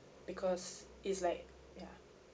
because it's like ya